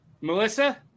Melissa